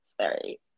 Sorry